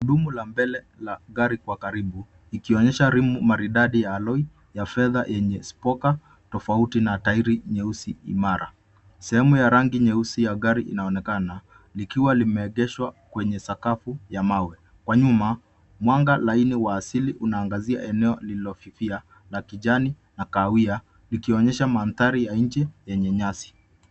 Gurudumu la mbele la gari kwa karibu ikionyesha rimu maridadi ya alloy ya fedha yenye spoke tofauti na tairi nyeusi imara. Sehemu ya rangi nyeusi ya gari inaonekana likiwa limeegeshwa kwenye sakafu ya mawe. Kwa nyuma mwanga laini wa asili unaangazia eneo lililofifia la kijani na kahawia likionyesha mandhari ya nje yenye nyasi.